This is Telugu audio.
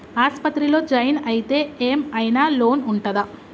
ఆస్పత్రి లో జాయిన్ అయితే ఏం ఐనా లోన్ ఉంటదా?